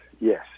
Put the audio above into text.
yes